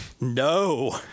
No